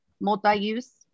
multi-use